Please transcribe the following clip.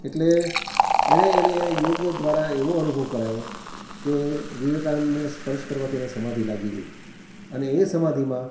એટલે એણે એને એ યોગ દ્વારા એવો અનુભવ કરાવ્યો કે વિવેકાનંદને સ્પર્શ કરવાથી એને સમાધિ લાગી ગઈ અને એ સમાધિમાં